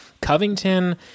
Covington